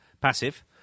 passive